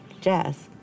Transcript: jazz